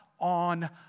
on